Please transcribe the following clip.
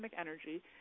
energy